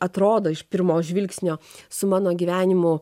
atrodo iš pirmo žvilgsnio su mano gyvenimu